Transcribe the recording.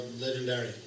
Legendary